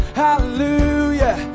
hallelujah